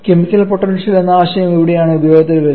chemical potential എന്ന ആശയം ഇവിടെയാണ് ഉപയോഗത്തിൽ വരുന്നത്